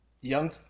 young